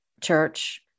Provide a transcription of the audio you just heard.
church